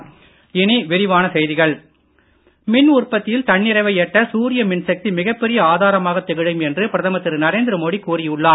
சூரிய மின் சக்தி மின் உற்பத்தியில் தன்னிறைவை எட்ட சூரிய மின்சக்தி மிகப் பெரிய ஆதாரமாக திகழும் என்று பிரதமர் திரு நரேந்திரமோடி கூறி உள்ளார்